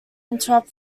interrupt